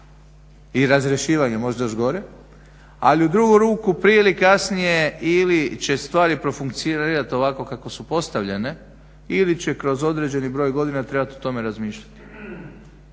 i razrješivanje, možda još gore, ali u drugu ruku prije ili kasnije ili će stvari profunkcionirat ovako kako su postavljene ili će kroz određeni broj godina trebat o tome razmišljat.